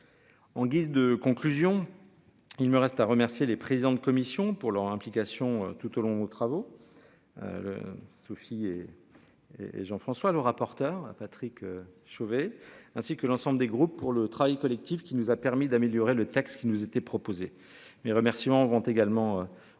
En guise de conclusion. Il me reste à remercier les présidents de commission pour leur implication tout au long aux travaux. Sophie et. Jean François le rapporteur à Patrick Chauvet, ainsi que l'ensemble des groupes pour le travail collectif qui nous a permis d'améliorer le texte qui nous était proposé mes remerciements vont également aux